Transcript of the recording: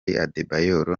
adebayor